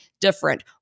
different